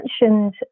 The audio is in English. mentioned